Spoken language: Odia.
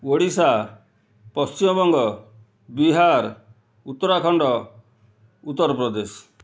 ଓଡ଼ିଶା ପଶ୍ଚିମବଙ୍ଗ ବିହାର ଉତ୍ତରାଖଣ୍ଡ ଉତ୍ତରପ୍ରଦେଶ